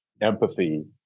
empathy